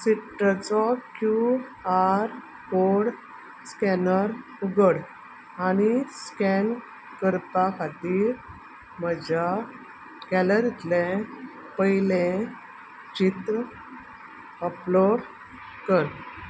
सिट्रसाचो Q R code scanner उगड आनी scan करपा खातीर म्हज्या गेलरींतले पयलें चित्र अपलोड कर